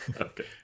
Okay